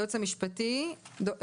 היועץ המשפטי של נציבות שירות המדינה,